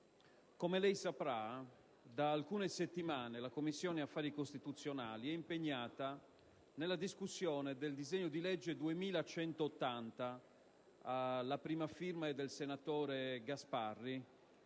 Come lei saprà, da alcune settimane la Commissione affari costituzionali è impegnata nell'esame del disegno di legge n. 2180, a prima firma del senatore Gasparri.